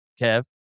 Kev